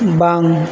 ᱵᱟᱝ